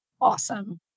awesome